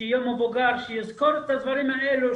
שיהיה מבוגר יזכור את הדברים האלה,